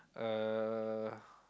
uh